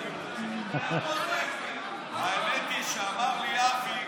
האמת היא שאמר לי אבי